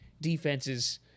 defenses